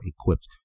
equipped